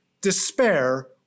despair